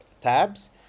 tabs